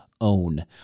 own